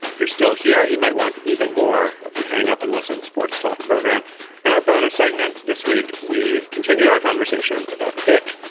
you're still here. you might want even more of the hang up and listen sports talk program and our bonus segment. this week, we continue our conversation about vick,